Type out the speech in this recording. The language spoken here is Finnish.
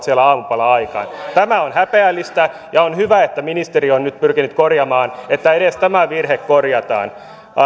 siellä aamupala aikaan tämä on häpeällistä ja on hyvä että ministeri on nyt pyrkinyt korjaamaan että edes tämä virhe korjataan